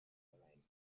herein